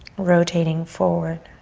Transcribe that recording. rotating forward.